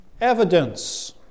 Evidence